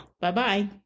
Bye-bye